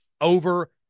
over